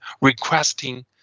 requesting